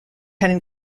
lieut